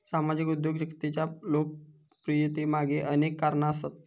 सामाजिक उद्योजकतेच्या लोकप्रियतेमागे अनेक कारणा आसत